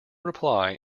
reply